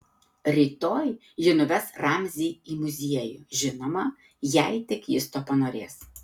rytoj ji nuves ramzį į muziejų žinoma jei tik jis to panorės